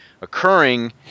occurring